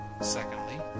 secondly